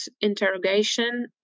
interrogation